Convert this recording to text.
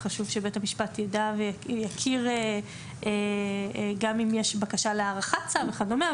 אז חשוב שבית המשפט יידע ויכיר גם אם יש בקשה להארכת צו וכדומה.